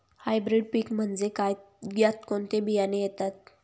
Hybrid पीक म्हणजे काय? यात कोणते बियाणे येतात?